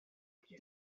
occhi